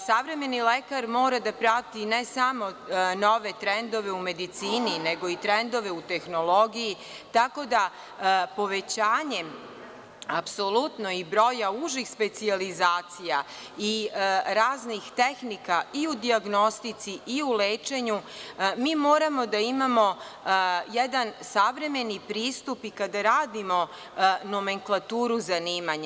Savremeni lekar mora da prati ne samo nove trendove u medicini, nego i trendove u tehnologiji, tako da povećanjem i broja užih specijalizacija i raznih tehnika, i u dijagnostici i u lečenju, mi moramo da imamo jedan savremeni pristup i kada radimo nomenklaturu zanimanja.